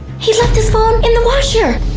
he left his phone in the washer!